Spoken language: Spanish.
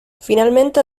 finalmente